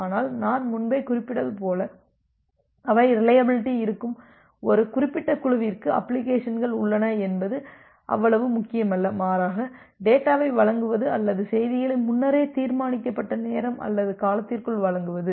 ஆனால் நான் முன்பே குறிப்பிட்டது போல அவை ரிலையபிலிட்டி இருக்கும் ஒரு குறிப்பிட்ட குழுவிற்கு அப்ளிகேஷன்கள் உள்ளன என்பது அவ்வளவு முக்கியமல்ல மாறாக டேட்டாவை வழங்குவது அல்லது செய்திகளை முன்னரே தீர்மானிக்கப்பட்ட நேரம் அல்லது காலத்திற்குள் வழங்குவது